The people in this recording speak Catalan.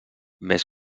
més